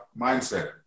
mindset